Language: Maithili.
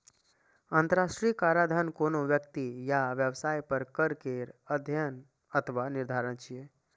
अंतरराष्ट्रीय कराधान कोनो व्यक्ति या व्यवसाय पर कर केर अध्ययन अथवा निर्धारण छियै